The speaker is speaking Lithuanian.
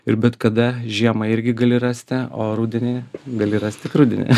ir bet kada žiemą irgi gali rasti o rudenį gali rast tik rudenį